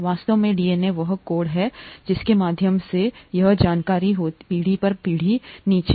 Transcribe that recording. वास्तव में डीएनए वह कोड है जिसके माध्यम से यह जानकारी होती है पीढ़ी दर पीढ़ी नीचे